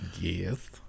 Yes